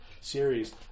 series